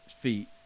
feet